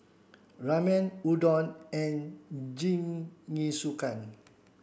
Ramen Udon and Jingisukan